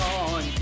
on